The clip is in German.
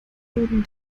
würden